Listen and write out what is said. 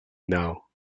now